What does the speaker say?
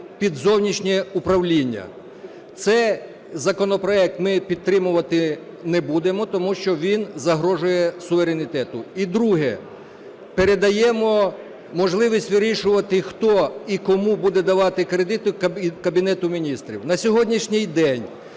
під зовнішнє управління. Цей законопроект ми підтримувати не будемо, тому що він загрожує суверенітету. І, друге – передаємо можливість вирішувати хто і кому буде давати кредити Кабінету Міністрів. На сьогоднішній день